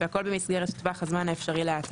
והכול במסגרת טווח הזמן האפשרי להעתקה,